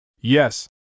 Yes